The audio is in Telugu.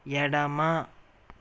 ఎడమ